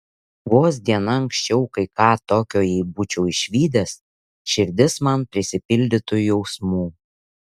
vos diena anksčiau kai ką tokio jei būčiau išvydęs širdis man prisipildytų jausmų